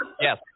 Yes